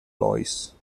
lois